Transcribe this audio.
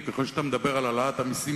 וככל שאתה מדבר על העלאת המסים,